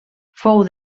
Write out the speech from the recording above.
fou